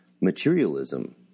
Materialism